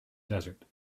desert